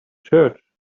church